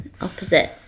opposite